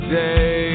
day